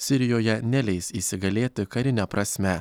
sirijoje neleis įsigalėti karine prasme